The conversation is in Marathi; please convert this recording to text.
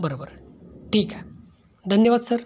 बरोबर ठीक आहे धन्यवाद सर